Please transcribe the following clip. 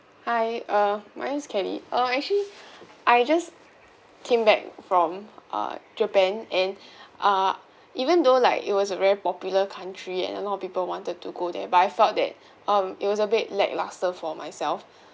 hi uh my name is kelly uh actually I just came back from uh japan and uh even though like it was a very popular country and a lot of people wanted to go there but I felt that um it was a bit lacklustre for myself